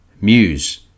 Muse